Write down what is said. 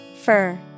Fur